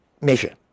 measure